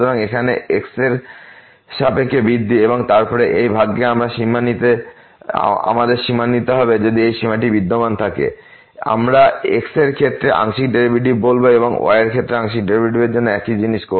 সুতরাং এখানে x এর ক্ষেত্রে বৃদ্ধি এবং তারপরে এই ভাগকে আমাদের সীমা নিতে হবে যদি এই সীমাটি বিদ্যমান থাকে আমরা একে x এর ক্ষেত্রে আংশিক ডেরিভেটিভ বলব এবংy এর ক্ষেত্রে আংশিক ডেরিভেটিভের জন্য একই জিনিস